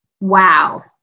Wow